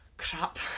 crap